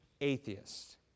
atheist